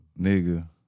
nigga